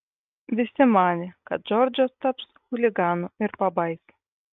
visi manė kad džordžas taps chuliganu ir pabaisa